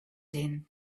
din